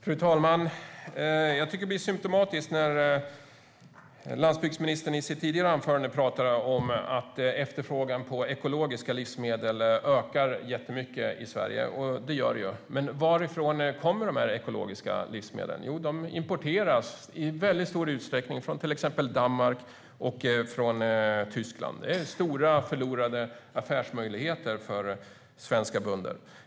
Fru talman! Landsbygdsministern pratade tidigare i sitt inlägg om att efterfrågan på ekologiska livsmedel ökar jättemycket i Sverige. Det gör den ju, men varifrån kommer de ekologiska livsmedlen? Jo, de importeras i stor utsträckning från till exempel Danmark och Tyskland. Det är stora förlorade affärsmöjligheter för svenska bönder.